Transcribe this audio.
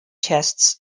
chests